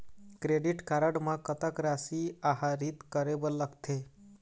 Credit card म कतक राशि आहरित करे बर लगथे?